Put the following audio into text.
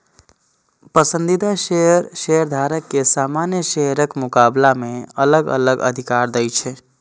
पसंदीदा शेयर शेयरधारक कें सामान्य शेयरक मुकाबला मे अलग अलग अधिकार दै छै